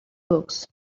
books